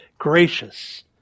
gracious